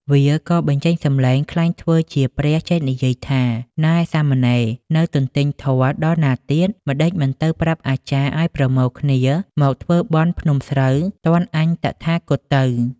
វាក៏បញ្ចេញសំឡេងក្លែងធ្វើជាព្រះចេះនិយាយថា នែ ! សាមណេរ ! នៅទន្ទេញធម៌ដល់ណាទៀត ! ម្ដេចមិនទៅប្រាប់អាចារ្យឲ្យប្រមូលគ្នាមកធ្វើបុណ្យភ្នំស្រូវ ទាន់អញតថាគតទៅ ។